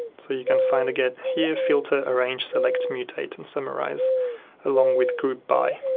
so you can find again here filter, arrange, select, mutate and summarise along with group by.